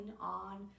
on